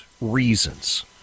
reasons